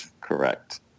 correct